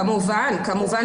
כמובן, כמובן.